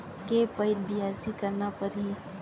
के पइत बियासी करना परहि?